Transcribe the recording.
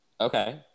Okay